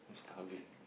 starving